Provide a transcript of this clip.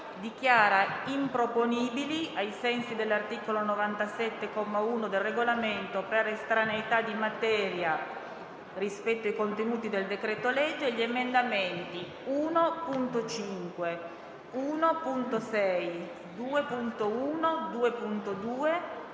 dichiara improponibili, ai sensi dell'articolo 97, comma 1, del Regolamento per estraneità di materia rispetto ai contenuti del decreto-legge gli emendamenti 1.5, 1.6, 2.1, 2.2,